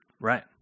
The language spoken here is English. Right